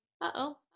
Uh-oh